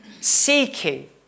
Seeking